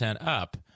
up